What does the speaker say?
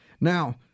Now